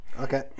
Okay